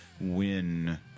win